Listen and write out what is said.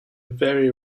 very